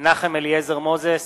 מנחם אליעזר מוזס,